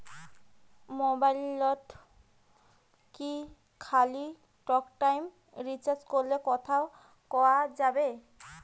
মোবাইলত কি খালি টকটাইম রিচার্জ করিলে কথা কয়া যাবে?